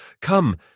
Come